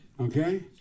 Okay